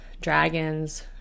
dragons